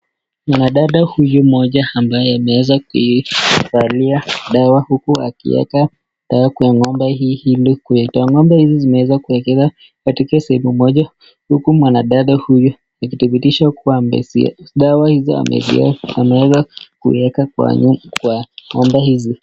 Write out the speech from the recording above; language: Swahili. Mwanadada huyu mmoja ambaye ameweza kivalia dawa, huku akiweka dawa hio kwa ng'ombe hii ili kuipea ,ng'ombe hizi zimeweza kuwekezwa katika sehemu moja huku mwanadada huyu akidhibitisha kuwa dawa hizo ameeza kuziweka kwa ng'ombe hizi.